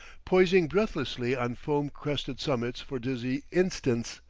poising breathlessly on foam-crested summits for dizzy instants,